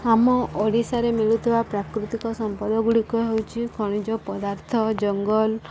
ଆମ ଓଡ଼ିଶାରେ ମିଳୁଥିବା ପ୍ରାକୃତିକ ସମ୍ପଦ ଗୁଡ଼ିକ ହେଉଛି ଖଣିଜ ପଦାର୍ଥ ଜଙ୍ଗଲ